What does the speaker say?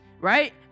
Right